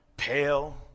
pale